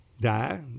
die